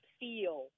feel